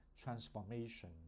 transformation